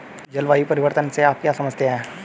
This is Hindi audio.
जलवायु परिवर्तन से आप क्या समझते हैं?